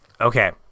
Okay